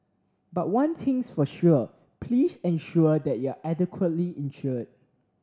but one thing's for sure please ensure that are you are adequately insured